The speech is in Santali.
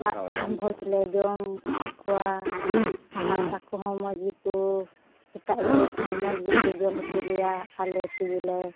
ᱵᱷᱚᱡᱽ ᱞᱮ ᱡᱚᱢ ᱦᱚᱪᱚ ᱠᱚᱣᱟ ᱟᱨ ᱟᱠᱚ ᱦᱚᱸ ᱢᱚᱡᱽ ᱜᱮᱠᱚ ᱮᱴᱟᱜ ᱡᱟᱹᱛ ᱦᱚᱸ ᱢᱚᱡᱽ ᱜᱮᱠᱚ ᱡᱚᱢ ᱦᱚᱪᱚ ᱞᱮᱭᱟ ᱟᱞᱮ ᱛᱮᱜᱮᱞᱮ